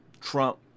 Trump